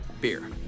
Beer